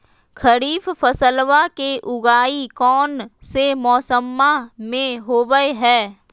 खरीफ फसलवा के उगाई कौन से मौसमा मे होवय है?